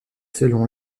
selon